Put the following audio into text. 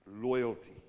Loyalty